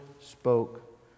spoke